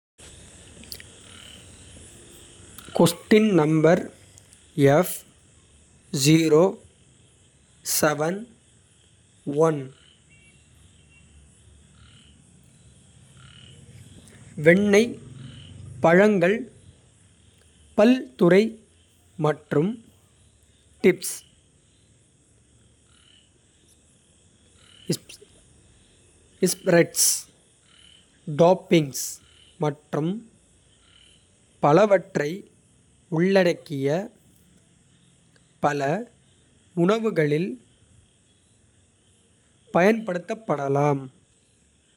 வெண்ணெய் பழங்கள் பல்துறை மற்றும் டிப்ஸ். ஸ்ப்ரெட்ஸ் டாப்பிங்ஸ் மற்றும் பலவற்றை உள்ளடக்கிய. பல உணவுகளில் பயன்படுத்தப்படலாம்.